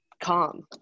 calm